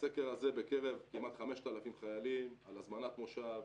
הסגר הזה בקרב כמעט 5,000 חיילים על הזמנת מושב,